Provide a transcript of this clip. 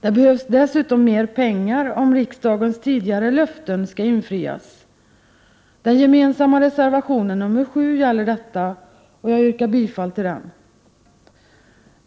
Det behövs dessutom mer pengar om riksdagens tidigare löften skall infrias. Den gemensamma reservationen nr 7 gäller detta och jag yrkar bifall till den.